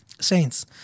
Saints